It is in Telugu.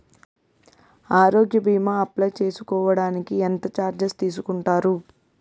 ఆరోగ్య భీమా అప్లయ్ చేసుకోడానికి ఎంత చార్జెస్ తీసుకుంటారు?